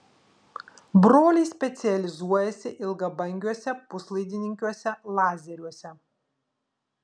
broliai specializuojasi ilgabangiuose puslaidininkiniuose lazeriuose